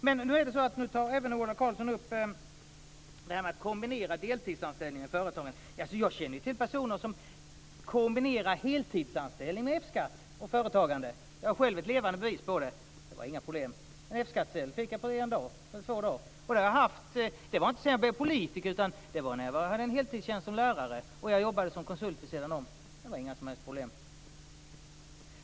Men nu är det så att Ola Karlsson även tar upp det här med kombinerad deltidsanställning i företagen. Jag känner till personer som kombinerar heltidsanställning med F-skatt och företagande. Jag är själv ett levande bevis på det. Det var inga problem. F skattsedel fick jag på två dagar. Det var inte sedan jag blev politiker. Det var när jag hade en heltidstjänst som lärare och jobbade som konsult vid sidan om. Det var inga som helst problem.